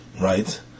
right